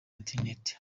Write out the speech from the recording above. internet